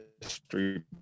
history